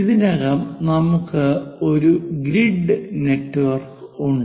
ഇതിനകം നമുക്ക് ഒരു ഗ്രിഡ് നെറ്റ്വർക്ക് ഉണ്ട്